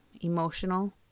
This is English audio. emotional